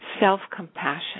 self-compassion